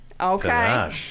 Okay